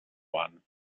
one